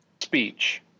speech